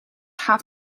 have